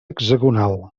hexagonal